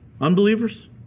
Unbelievers